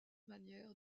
manière